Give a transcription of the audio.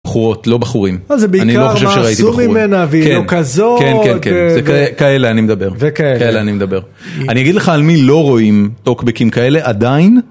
בחורות לא בחורים. זה בעיקר מה עשו ממנה והיא לא כזאת וכאלה. אני לא חושב שראיתי בחורים. כאלה אני מדבר. וכאלה אני מדבר. אני אגיד לך על מי לא רואים טוקביקים כאלה עדיין.